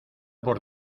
por